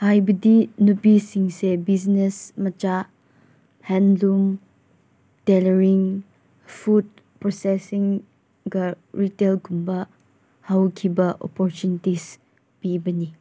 ꯍꯥꯏꯕꯗꯤ ꯅꯨꯄꯤꯁꯤꯡꯁꯦ ꯕꯤꯖꯤꯅꯦꯁ ꯃꯆꯥ ꯍꯦꯟꯂꯨꯝ ꯇꯦꯂꯔꯤꯡ ꯐꯨꯠ ꯄ꯭ꯔꯣꯁꯦꯁꯁꯤꯡꯒ ꯔꯤꯇꯦꯜꯒꯨꯝꯕ ꯍꯧꯈꯤꯕ ꯑꯣꯄꯣꯔꯆꯨꯅꯤꯇꯤꯁ ꯄꯤꯕꯅꯤ